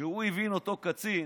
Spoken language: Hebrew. כשאותו קצין